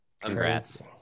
Congrats